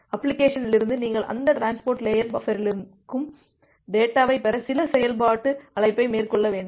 அப்ளிகேஷனிலிருந்து நீங்கள் அந்த transport layer பஃப்பரிலிருக்கும் டேட்டாவைப் பெற சில செயல்பாட்டு அழைப்பை மேற்கொள்ள வேண்டும்